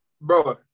Bro